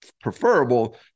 preferable